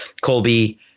Colby